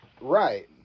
Right